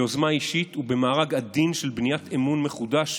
ביוזמה אישית ובמארג עדין של בניית אמון מחודש,